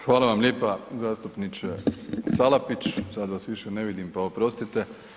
Hvala vam lijepa zastupniče Salapić, sad vas više ne vidim, pa oprostite.